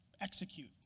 execute